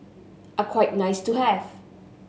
are quite nice to have